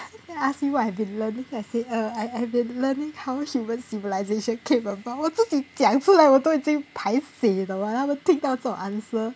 then I ask you what I've been learning err I've been learning how human civilization came about 我自己讲出了我都已经 paiseh 你懂吗他们听到这种 answer